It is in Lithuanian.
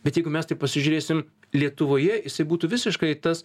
bet jeigu mes taip pasižiūrėsim lietuvoje jisai būtų visiškai tas